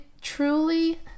truly